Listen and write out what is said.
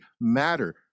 matter